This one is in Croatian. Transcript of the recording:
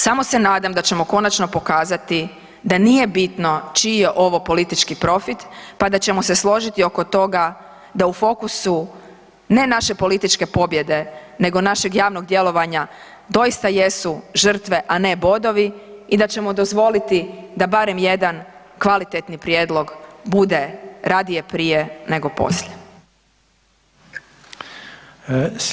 Samo se nadam da ćemo konačno pokazati da nije bitno čiji je ovo politički profit pa da ćemo se složiti oko toga da u fokusu ne naše političke pobjede, nego našeg javnog djelovanja doista jesu žrtve, a ne bodovi i da ćemo dozvoliti da barem jedan kvalitetni prijedlog bude radnije prije nego poslije.